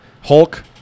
Hulk